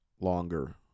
Longer